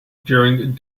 during